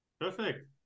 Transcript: Perfect